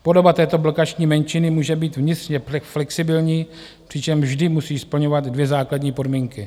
Podoba této blokační menšiny může být vnitřně flexibilní, přičemž vždy musí splňovat dvě základní podmínky.